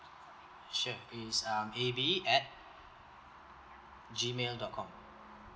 sure it's um A B at G mail dot com